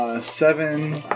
Seven